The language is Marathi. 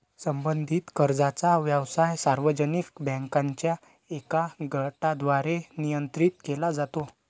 संबंधित कर्जाचा व्यवसाय सार्वजनिक बँकांच्या एका गटाद्वारे नियंत्रित केला जातो